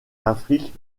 afrique